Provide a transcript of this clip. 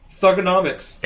Thugonomics